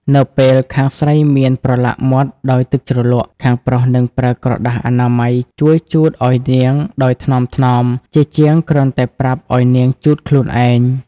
នៅពេលខាងស្រីមានប្រឡាក់មាត់ដោយទឹកជ្រលក់ ខាងប្រុសនឹងប្រើក្រដាសអនាម័យជួយជូតឱ្យនាងដោយថ្នមៗ ជាជាងគ្រាន់តែប្រាប់ឱ្យនាងជូតខ្លួនឯង។